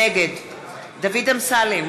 נגד דוד אמסלם,